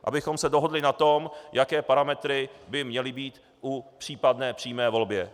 Abychom se dohodli na tom, jaké parametry by měly být u případné přímé volby.